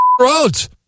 roads